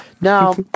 Now